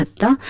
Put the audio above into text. da